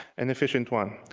an efficient one.